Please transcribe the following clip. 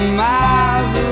miles